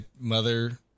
mother